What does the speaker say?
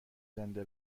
زنده